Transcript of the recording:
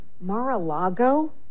Mar-a-Lago